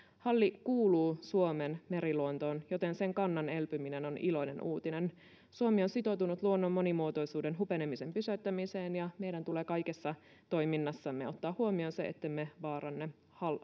halli kuuluu suomen meriluontoon joten sen kannan elpyminen on iloinen uutinen suomi on sitoutunut luonnon monimuotoisuuden hupenemisen pysäyttämiseen ja meidän tulee kaikessa toiminnassamme ottaa huomioon se ettemme vaaranna